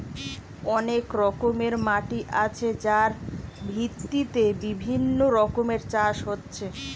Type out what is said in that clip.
অনেক রকমের মাটি আছে যার ভিত্তিতে বিভিন্ন রকমের চাষ হচ্ছে